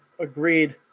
Agreed